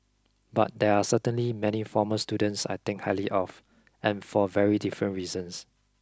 but there are certainly many former students I think highly of and for very different reasons